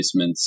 placements